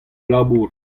labour